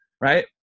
right